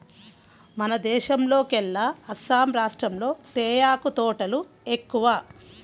మన దేశంలోకెల్లా అస్సాం రాష్టంలో తేయాకు తోటలు ఎక్కువ